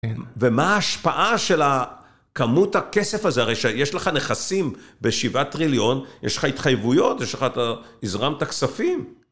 ומה ההשפעה של כמות הכסף הזה, הרי שיש לך נכסים בשבעה טריליון, יש לך התחייבויות, יש לך, אתה הזרמת כספים.